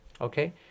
Okay